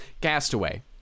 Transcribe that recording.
Castaway